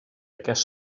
aquest